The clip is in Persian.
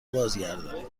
بازگردانید